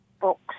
books